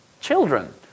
children